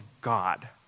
God